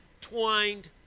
twined